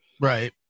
Right